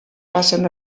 passen